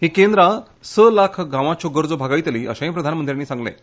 ही केंद्रां स लाख गावांच्यो गरजो भागयतलीं अशें प्रधानमंत्र्यांन सांगलें